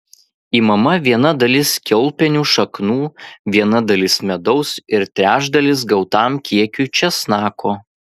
imama viena dalis kiaulpienių šaknų viena dalis medaus ir trečdalis gautam kiekiui česnako